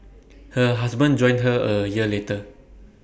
her husband joined her A year later